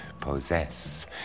possess